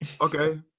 Okay